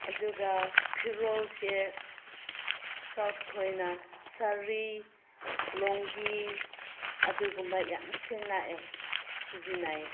ꯑꯗꯨꯒ ꯐꯤꯔꯣꯜꯁꯦ ꯁꯥꯎꯠ ꯈꯣꯏꯅ ꯁꯥꯔꯤ ꯂꯣꯡꯒꯤ ꯑꯗꯨꯒꯨꯝꯕ ꯌꯥꯝ ꯁꯤꯖꯤꯟꯅꯩꯌꯦ ꯁꯤꯖꯤꯟꯅꯩꯌꯦ